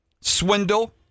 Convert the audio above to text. swindle